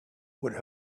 would